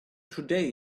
today